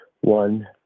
one